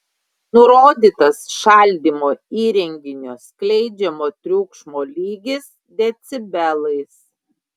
nurodytas šaldymo įrenginio skleidžiamo triukšmo lygis decibelais